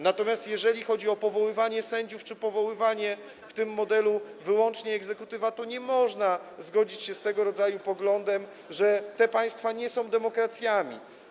Natomiast jeżeli chodzi o powoływanie sędziów w tym modelu: wyłącznie egzekutywa, to nie można zgodzić się z tego rodzaju poglądem, że takie państwa nie są demokracjami.